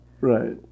right